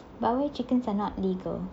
but why chickens are not legal